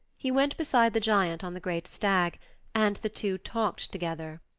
he went beside the giant on the great stag and the two talked together.